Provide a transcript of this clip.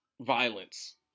violence